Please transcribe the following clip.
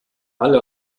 alle